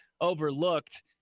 overlooked